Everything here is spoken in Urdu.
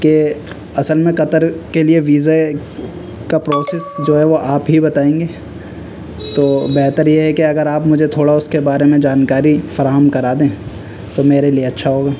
کہ اصل میں قطر کے لیے ویزے کا پروسیس جو ہے وہ آپ ہی بتائیں گے تو بہتر یہ ہے کہ اگر آپ مجھے تھوڑا اس کے بارے میں جانکاری فراہم کرا دیں تو میرے لیے اچھا ہوگا